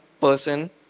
person